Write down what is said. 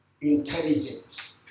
intelligence